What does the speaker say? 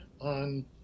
on